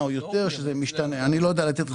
אני קורא לעם ישראל,